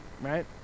right